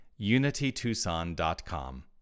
unitytucson.com